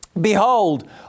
Behold